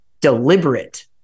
deliberate